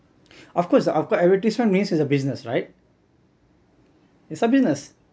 of course the of what advertisement means is a business right it's a business